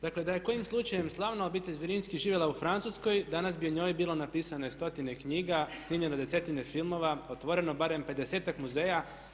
Dakle, da je kojim slučajem slavna obitelj Zrinski živjela u Francuskoj danas bi o njoj bilo napisano stotine knjiga i snimljeno desetine filmova, otvoreno barem 50-ak muzeja.